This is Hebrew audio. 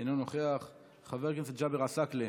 אינו נוכח, חבר הכנסת ג'אבר עסאקלה,